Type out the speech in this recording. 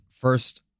first